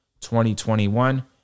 2021